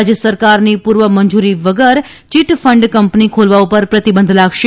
રાજ્ય સરકારની પૂર્વ મંજૂરી વગર ચિટ ફંડ કં ની ખોલવા ઉ ર પ્રતિબંધ લાગશે